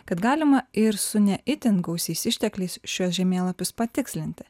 kad galima ir su ne itin gausiais ištekliais šiuos žemėlapius patikslinti